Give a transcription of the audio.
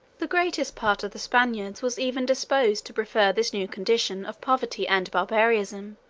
the greatest part of the spaniards was even disposed to prefer this new condition of poverty and barbarism,